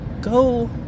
go